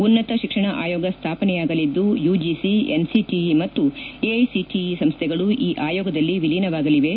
ಉನ್ನತ ಶಿಕ್ಷಣ ಆಯೋಗ ಸ್ನಾಪನೆಯಾಗಲಿದ್ದು ಯುಜಿಸಿ ಎನ್ಸಿಟಿಇ ಮತ್ತು ಎಐಸಿಟಿಇ ಸಂಸ್ಥೆಗಳು ಈ ಆಯೋಗದಲ್ಲಿ ವಿಲಿನವಾಗಲಿವೆ